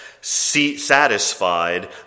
satisfied